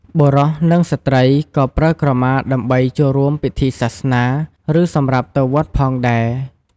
បុរស និងស្ត្រីក៏ប្រើក្រមាដើម្បីចូលរួមពិធីសាសនា ឬ សម្រាប់ទៅវត្តផងដែរ។